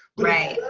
right.